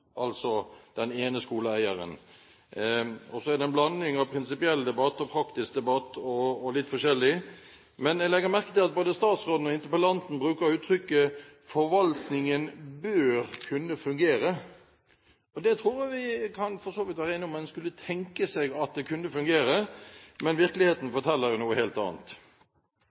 skoleeieren og er en blanding av prinsipiell debatt og praktisk debatt. Jeg la merke til at interpellanten brukte uttrykket «forvaltinga bør kunne fungera». Det tror jeg vi for så vidt kan være enige om, at en kunne tenke seg at det kunne fungere. Men virkeligheten forteller jo noe helt annet.